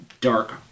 dark